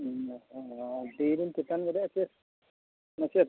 ᱟᱫᱚ ᱪᱮᱛᱟᱱ ᱫᱟᱲᱮᱭᱟᱜᱼᱟ ᱥᱮ ᱢᱟᱪᱮᱫ